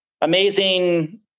amazing